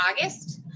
August